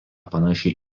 panaši